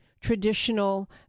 traditional